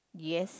yes